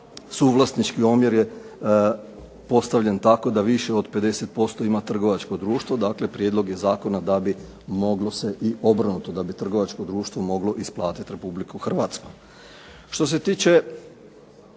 suvlasnički omjer je postavljen tako da više od 50% ima trgovačko društvo. Dakle, prijedlog je zakona da bi moglo se i obrnuto, da bi trgovačko društvo moglo isplatiti Republiku Hrvatsku.